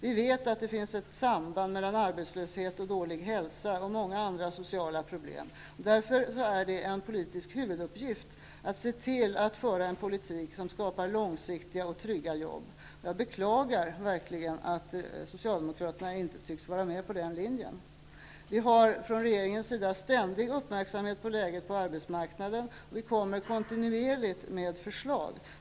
Vi vet att det finns ett samband mellan arbetslöshet och dålig hälsa samt många andra sociala problem. Därför är det en politisk huvuduppgift att se till att föra en politik som skapar långsiktiga och trygga jobb. Jag beklagar verkligen att Socialdemokraterna inte tycks vara med på den linjen. Regeringen är ständigt uppmärksam på läget på arbetsmarknaden. Vi kommer kontinuerligt med förslag.